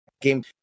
game